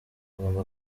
ngomba